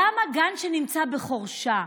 למה גן שנמצא בחורשה,